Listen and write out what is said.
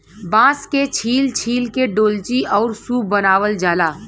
बांस के छील छील के डोल्ची आउर सूप बनावल जाला